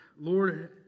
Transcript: Lord